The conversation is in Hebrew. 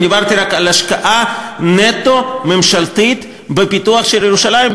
אני דיברתי רק על ההשקעה הממשלתית נטו בפיתוח של ירושלים,